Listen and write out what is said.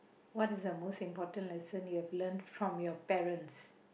what is the most important lesson you have learnt from your parents